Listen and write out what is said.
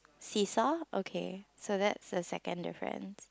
seesaw okay so that's the second difference